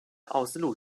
奥斯陆